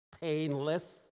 painless